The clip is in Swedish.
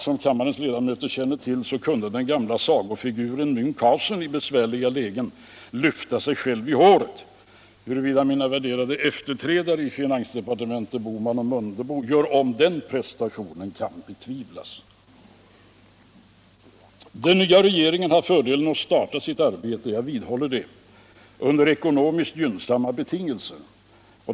Som kammarens ledamöter känner till kunde den gamla sagofiguren Mönchhausen i besvärliga lägen lyfta sig själv i håret. AU mina värderade efterträdare i finansdepartementet. herrar Bohman och Mundebo. gör om den prestationen kan betvivlas. Den nya regeringen har fördelen att starta sitt arbete — jag vidhåller det — under ckonomiskt gynnsamma betingelser.